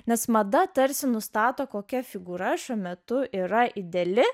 nes mada tarsi nustato kokia figūra šiuo metu yra ideali